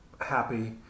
happy